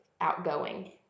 outgoing